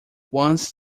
once